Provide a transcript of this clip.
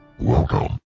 Welcome